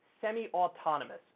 semi-autonomous